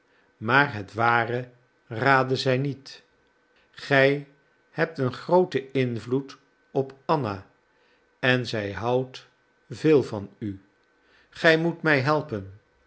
maar het ware raadde zij niet gij hebt een grooten invloed op anna en zij houdt veel van u gij moet mij helpen